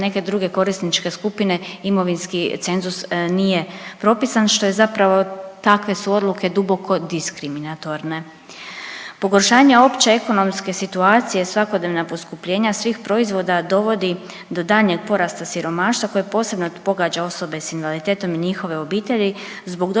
neke druge korisničke skupine imovinski cenzus nije propisan, što je zapravo, takve su odluke duboko diskriminatorne. Pogoršanje opće ekonomske situacije i svakodnevna poskupljenja svih proizvoda dovodi do daljnjeg porasta siromaštva koje posebno pogađa osobe s invaliditetom i njihove obitelji zbog dodatnih